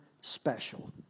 special